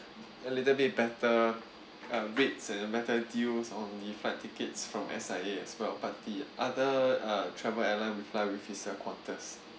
a little bit better uh rates and better deals on the flight tickets from S_I_A as well but the other uh travel airline we fly is with uh qatars